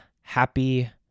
happy